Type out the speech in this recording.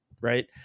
Right